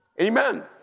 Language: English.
Amen